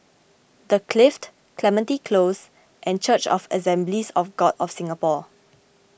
the Clift Clementi Close and Church of Assemblies of God of Singapore